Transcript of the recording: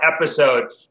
episode